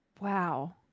Wow